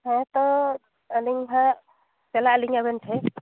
ᱦᱮᱸ ᱛᱳ ᱟᱹᱞᱤᱧ ᱦᱟᱜ ᱪᱟᱞᱟᱜ ᱟᱹᱞᱤᱧ ᱟᱵᱮᱱ ᱴᱷᱮᱱ